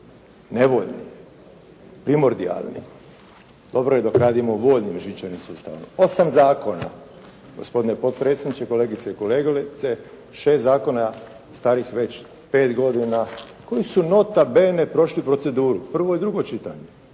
nevoljni, primordijalni, dobro je dok radimo voljnim žičanim sustavom. 8 zakona, gospodine predsjedniče, kolegice i kolege 6 zakona starih već pet godina oni su nota bene prošli proceduru, prvo i drugo čitanje,